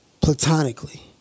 platonically